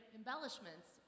embellishments